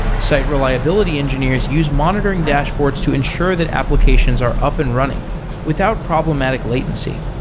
site reliability engineers use monitoring dashboards to ensure that applications are up and running without problematic latency.